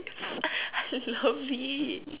I love it